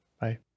bye